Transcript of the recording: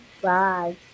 Bye